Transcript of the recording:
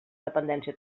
dependència